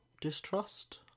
distrust